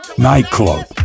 nightclub